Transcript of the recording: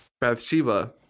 Bathsheba